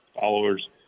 followers